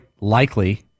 likely